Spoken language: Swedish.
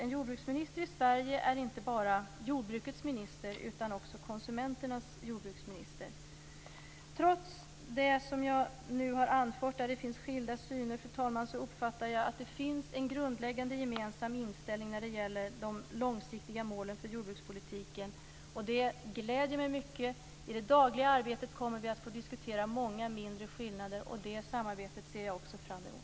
En jordbruksminister i Sverige är inte bara jordbrukets minister utan också konsumenternas jordbruksminister. Trots det som jag nu har anfört på de områden där det finns skilda syner uppfattar jag att det finns en grundläggande gemensam inställning när det gäller de långsiktiga målen för jordbrukspolitiken, och det gläder mig mycket. I det dagliga arbetet kommer vi att få diskutera många mindre skillnader, och det samarbetet ser jag också fram emot.